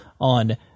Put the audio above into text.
on